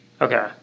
Okay